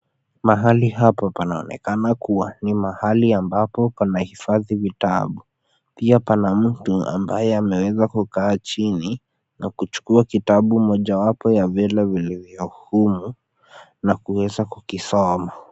Mahali hapo panaonekana kuwa ni mahali ambapo panahifadhi vitabu, pia pana mtu ambaye ameweza kukaa chini, na kuchukua kitabu mojawapo ya vile vilivyo humu na kuweza kukisoma.